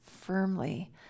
firmly